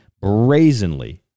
brazenly